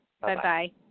Bye-bye